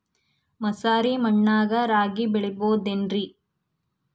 ಮಸಾರಿ ಮಣ್ಣಾಗ ರಾಗಿ ಬೆಳಿಬೊದೇನ್ರೇ?